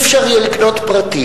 לא יהיה אפשר לקנות פרטי,